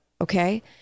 Okay